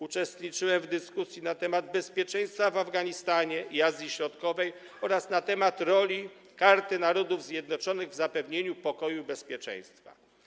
Uczestniczyłem w dyskusji na temat bezpieczeństwa w Afganistanie i Azji Środkowej oraz na temat roli Karty Narodów Zjednoczonych w zapewnieniu pokoju i bezpieczeństwa.